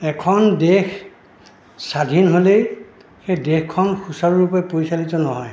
এখন দেশ স্বাধীন হ'লেই সেই দেশখন সুচাৰুৰূপে পৰিচালিত নহয়